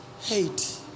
hate